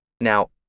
Now